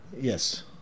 yes